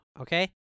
Okay